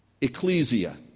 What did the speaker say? ecclesia